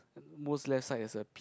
most left side is a